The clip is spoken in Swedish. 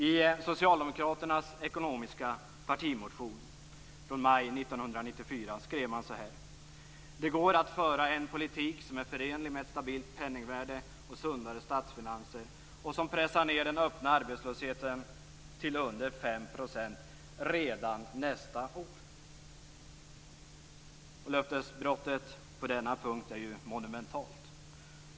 I Socialdemokraternas ekonomiska partimotion från maj 1994 skriver man: "Det går att föra en politik som är förenlig med ett stabilt penningvärde och sundare statsfinanser, och som pressar ner den öppna arbetslösheten till under fem procent redan nästa år." Löftesbrottet på denna punkt är monumentalt.